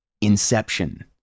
Inception